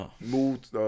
Moved